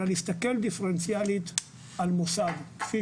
אלא להסתכל דיפרנציאלית על מוסד כפי